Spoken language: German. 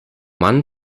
mann